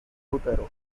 útero